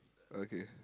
okay